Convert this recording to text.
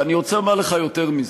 ואני רוצה לומר יותר מזה,